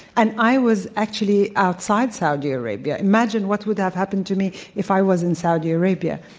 and i was actually outside saudi arabia. imagine what would have happened to me if i was in saudi arabia.